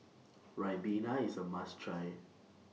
Ribena IS A must Try